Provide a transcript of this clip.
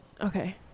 okay